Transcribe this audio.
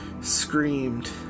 screamed